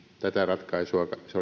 tätä ratkaisua se